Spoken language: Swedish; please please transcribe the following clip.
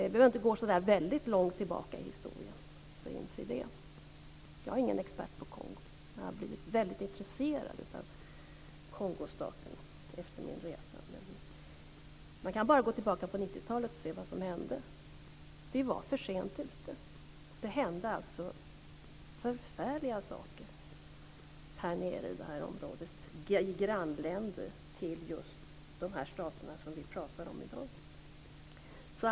Vi behöver inte gå så väldigt långt tillbaka i historien för att inse det. Jag är ingen expert på Kongo, men jag har blivit väldigt intresserad av Kongostaterna efter min resa. Man behöver bara gå tillbaka och se vad som hände på 90-talet. Vi var för sent ute. Det hände förfärliga saker i det här området, i grannländer till just de stater vi pratar om i dag.